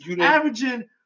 averaging –